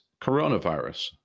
coronavirus